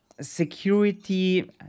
security